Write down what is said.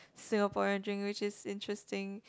Singaporean drink which is interesting